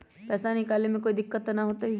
पैसा निकाले में कोई दिक्कत त न होतई?